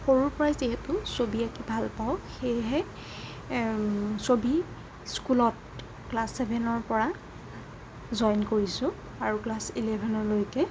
সৰুৰ পৰাই যিহেতু ছবি আকি ভাল পাওঁ সেয়েহে ছবি স্কুলত ক্লাছ চেভেনৰ পৰা জইন কৰিছোঁ আৰু ক্লাছ ইলেভেনলৈকে